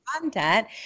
content